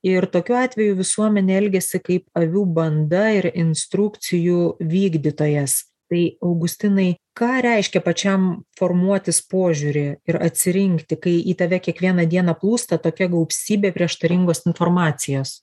ir tokiu atveju visuomenė elgiasi kaip avių banda ir instrukcijų vykdytojas tai augustinai ką reiškia pačiam formuotis požiūrį ir atsirinkti kai į tave kiekvieną dieną plūsta tokia gausybė prieštaringos informacijos